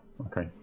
Okay